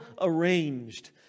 arranged